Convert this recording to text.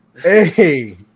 Hey